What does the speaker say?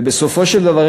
ובסופו של דבר,